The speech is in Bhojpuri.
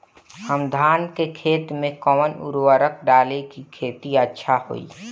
हम धान के खेत में कवन उर्वरक डाली कि खेती अच्छा होई?